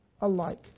alike